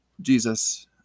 Jesus